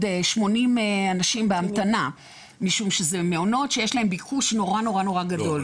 80 אנשים בהמתנה משום שזה מעונות שיש להם ביקוש נורא גדול.